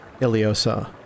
Iliosa